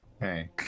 Hey